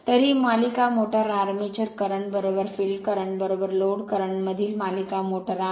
तर ही मालिका motor armature current field current load current मधील मालिका मोटर आहे